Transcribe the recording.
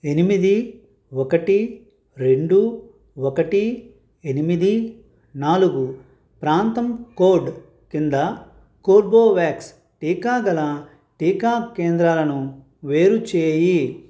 ఎనిమిది ఒకటి రెండు ఒకటి ఎనిమిది నాలుగు ప్రాంతం కోడ్ కింద కోర్బోవ్యాక్స్ టీకా గల టీకా కేంద్రాలను వేరు చేయి